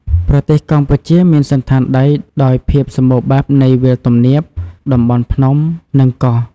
ប្រទេសកម្ពុជាមានសណ្ឋានដីដោយភាពសម្បូរបែបនៃវាលទំនាប តំបន់ភ្នំ និងកោះ។